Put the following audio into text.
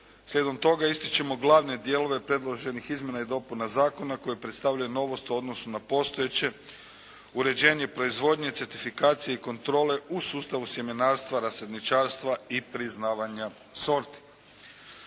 Slijedom toga, ističemo glavne dijelove predloženih Izmjena i dopuna zakona koje predstavljaju novost u odnosu na postojeće uređenje proizvodnje, certifikacije i kontrole u sustavu sjemenarstva, rasadničarstva i priznavanja sorti.